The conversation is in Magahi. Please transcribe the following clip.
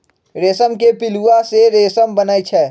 रेशम के पिलुआ से रेशम बनै छै